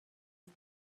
است